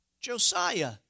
Josiah